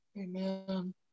Amen